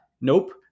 nope